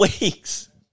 weeks